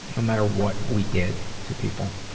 no matter what we did to people.